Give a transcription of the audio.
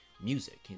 music